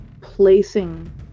placing